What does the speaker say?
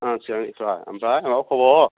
आथसा ओमफ्राय माबा खबर